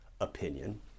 opinion